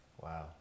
Wow